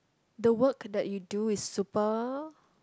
the work that you do is super